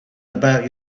about